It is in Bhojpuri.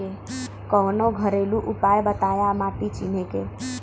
कवनो घरेलू उपाय बताया माटी चिन्हे के?